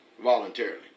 voluntarily